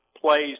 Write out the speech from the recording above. plays